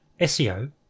SEO